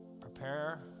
Prepare